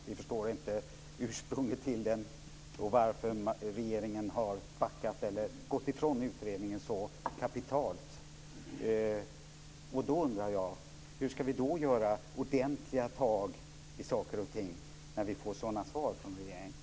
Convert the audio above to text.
Vi förstår inte ursprunget till den och varför regeringen har gått ifrån utredningen så kapitalt. Då undrar jag: Hur ska vi ta ordentliga tag i saker och ting när vi får sådana svar från regeringen?